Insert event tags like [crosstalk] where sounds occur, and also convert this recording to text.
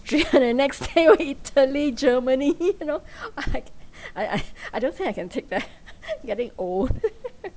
the next day [laughs] go italy [laughs] germany [laughs] you know I [laughs] I I [laughs] I don't think I can take that [laughs] getting old [laughs]